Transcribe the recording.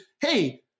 hey